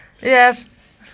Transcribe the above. yes